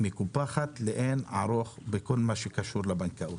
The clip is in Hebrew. מקופחת לאין ערוך בכל הקשור לבנקאות.